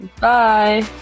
Bye